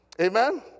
Amen